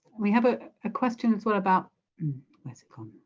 we have a ah question as well about where's it